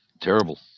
Terrible